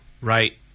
right